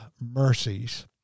Mercies